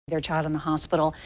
their child in the hospital.